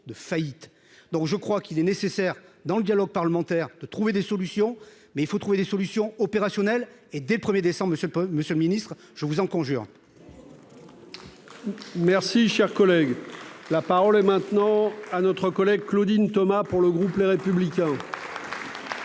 de faillite, donc je crois qu'il est nécessaire dans le dialogue parlementaire de trouver des solutions, mais il faut trouver des solutions opérationnelles et des 1er décembre ce Monsieur le Ministre, je vous en conjure.